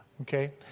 okay